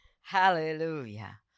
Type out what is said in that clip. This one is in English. Hallelujah